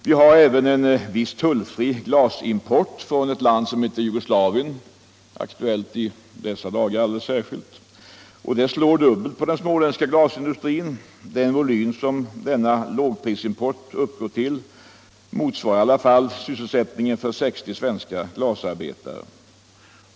Vi har även en viss tullfri glasimport från ett land som heter Jugoslavien, alldeles särskilt aktuellt i dessa dagar. Denna import slår dubbelt 209 för den småländska glasindustrin. Den volym som lågprisimporten uppgår till motsvarar sysselsättning för 60 svenska glasarbetare.